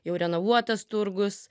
jau renovuotas turgus